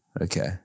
Okay